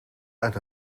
uit